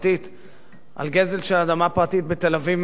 על גזל של אדמה פרטית בתל-אביב מפנים בן יום,